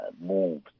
moves